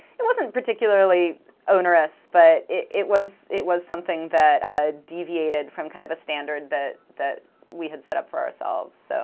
it wasn't particularly onerous, but it was it was something that deviated from kind of a standard that that we had set up for ourselves. so